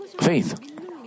faith